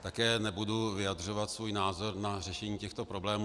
Také nebudu vyjadřovat svůj názor na řešení těchto problémů.